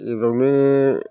एबारावनो